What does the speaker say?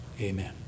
Amen